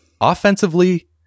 Offensively